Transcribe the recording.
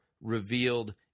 revealed